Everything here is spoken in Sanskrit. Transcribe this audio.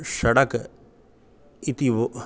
षडक् इति वा